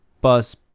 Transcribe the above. bus